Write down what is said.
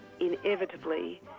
inevitably